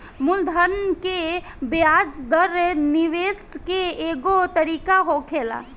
मूलधन के ब्याज दर निवेश के एगो तरीका होखेला